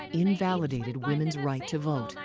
and invalidated women's right to vote.